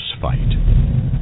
fight